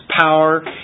power